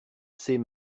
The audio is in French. ses